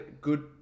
good